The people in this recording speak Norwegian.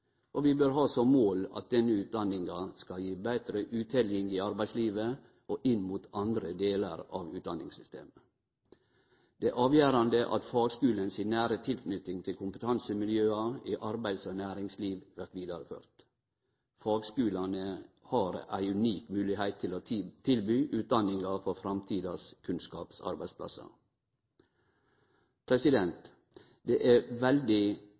fagskuleutdanning. Vi bør ha som mål at denne utdanninga skal gi betre utteljing i arbeidslivet og inn mot andre delar av utdanningssystemet. Det er avgjerande at fagskulen si nære tilknyting til kompetansemiljøa i arbeids- og næringsliv vert vidareført. Fagskulane har ei unik moglegheit til å tilby utdanningar for framtidas kunnskapsarbeidsplassar. Det er veldig